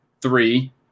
three